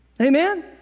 Amen